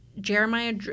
Jeremiah –